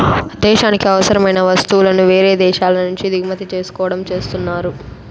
దేశానికి అవసరమైన వస్తువులను వేరే దేశాల నుంచి దిగుమతి చేసుకోవడం చేస్తున్నారు